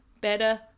better